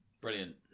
brilliant